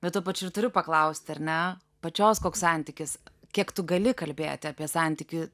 bet tuo pačiu ir turiu paklausti ar ne pačios koks santykis kiek tu gali kalbėti apie santykį